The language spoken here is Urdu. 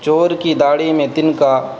چور کی داڑھی میں تنکا